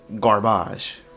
garbage